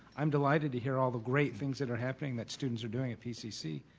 i'm delighted to here all the great things that are happening that students are doing at pcc,